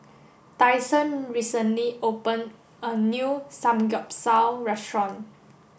Tyson recently opened a new Samgyeopsal restaurant